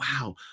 wow